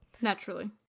Naturally